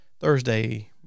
Thursday